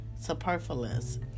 superfluous